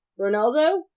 Ronaldo